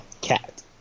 cat